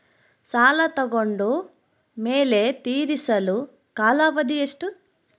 ಸಾಲ ತಗೊಂಡು ಮೇಲೆ ತೇರಿಸಲು ಕಾಲಾವಧಿ ಎಷ್ಟು?